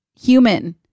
human